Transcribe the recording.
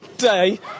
Day